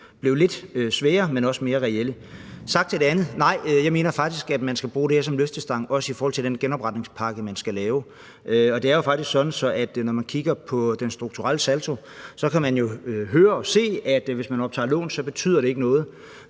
blev lidt sværere, men også mere reelle. I forhold til det andet vil jeg sige: Nej. Jeg mener faktisk, at man skal bruge det her som en løftestang, også i forhold til den genopretningspakke, man skal lave. Og det er jo faktisk sådan, at når man kigger på den strukturelle saldo, kan man jo se – det er også det, vi hører – at hvis man optager lån, betyder det ikke noget.